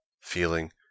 feeling